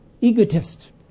egotist